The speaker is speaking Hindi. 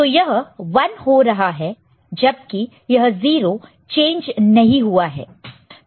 तो यह 1 हो रहा है जबकि यह 0 चेंज नहीं हुआ है